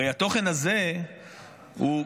הרי התוכן הזה הוא כללי,